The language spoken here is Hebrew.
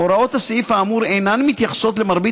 הוראות הסעיף האמור אינן מתייחסות למרבית